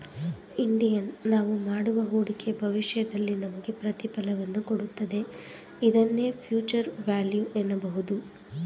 Indian ನಾವು ಮಾಡುವ ಹೂಡಿಕೆ ಭವಿಷ್ಯದಲ್ಲಿ ನಮಗೆ ಪ್ರತಿಫಲವನ್ನು ಕೊಡುತ್ತದೆ ಇದನ್ನೇ ಫ್ಯೂಚರ್ ವ್ಯಾಲ್ಯೂ ಎನ್ನಬಹುದು